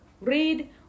read